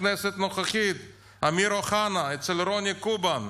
הכנסת הנוכחית אמיר אוחנה אצל רוני קובן.